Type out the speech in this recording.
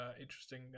interesting